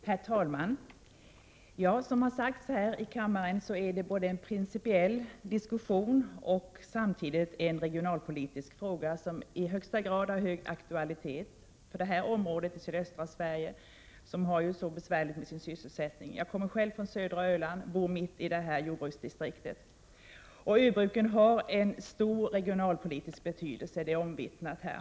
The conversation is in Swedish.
Herr talman! Som har sagts här i kammaren är detta en principiell diskussion, samtidigt som den rör en regionalpolitisk fråga som verkligen har högsta aktualitet för detta område i sydöstra Sverige, som har det så besvärligt med sysselsättningen. Jag kommer själv från södra Öland och bor mitt i detta jordbruksdistrikt. Jordbruket har en stor regionalpolitisk betydelse; det är omvittnat här.